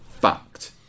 fucked